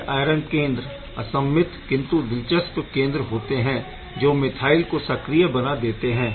यह आयरन केंद्र असममित किंतु दिलचस्प केंद्र होते है जो मीथेन को सक्रिय बना देते है